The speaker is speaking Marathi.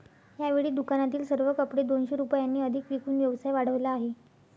यावेळी दुकानातील सर्व कपडे दोनशे रुपयांनी अधिक विकून व्यवसाय वाढवला आहे